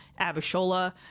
Abishola